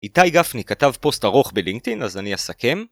איתי גפני כתב פוסט ארוך בלינקדאין אז אני אסכם